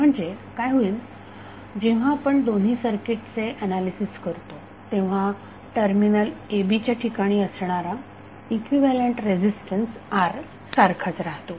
म्हणजे काय होईल जेव्हा आपण दोन्ही सर्किटचे ऍनालिसिस करतो तेव्हा टर्मिनल AB च्या ठिकाणी असणारा इक्विव्हॅलेन्ट रेझीस्टन्स R सारखाच राहतो